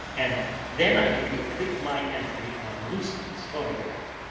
and then i can complete my entry on lucy's phonograph.